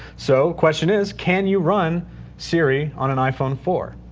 so question is, can you run siri on an iphone four?